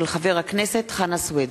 הצעתו של חבר הכנסת חנא סוייד.